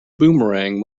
boomerang